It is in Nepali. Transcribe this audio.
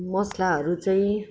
मसलाहरू चाहिँ